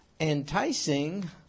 enticing